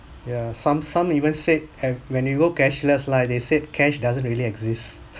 ya some some even said that when you go cashless lah they said cash doesn't really exist